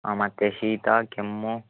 ಹಾಂ ಮತ್ತು ಶೀತ ಕೆಮ್ಮು